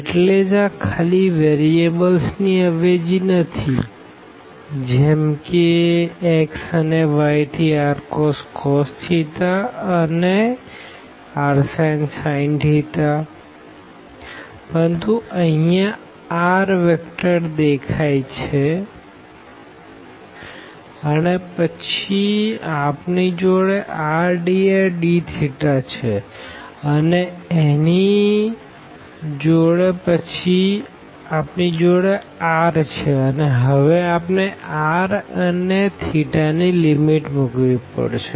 એટલે જ આ ખાલી વેરીએબલ્સ ની અવેજી નથી જેમ કે x અને y થી rcos અને rsin પરંતુ અહિયાં r વેક્ટર દેખાઈ છે અને પછી આપણી જોડે r dr dθ છે અને એની જોડે પછી rછે અને હવે આપણે r અને ની લીમીટ મુકવી પડશે